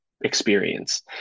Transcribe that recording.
experience